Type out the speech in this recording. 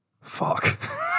fuck